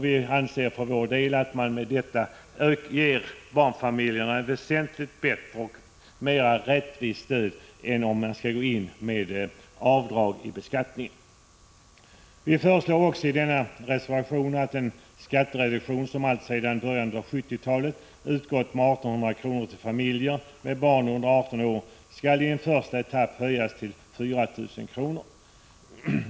Vi anser att man med detta ger barnfamiljerna ett väsentligt bättre och mera rättvist stöd än det som blir fallet med avdrag i beskattningen. I denna reservation föreslår vi också att den skattereduktion som alltsedan början av 1970-talet utgått med 1 800 kr. till familjer med barn under 18 år i en första etapp skall höjas till 4 000 kr.